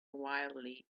wildly